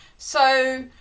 so,